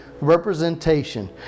representation